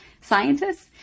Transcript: scientists